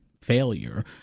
failure